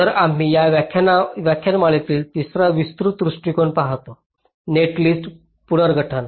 तर आम्ही या व्याख्यानमालेतील तिसरा विस्तृत दृष्टीकोन पाहतो नेटलिस्ट पुनर्गठन